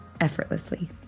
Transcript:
effortlessly